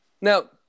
now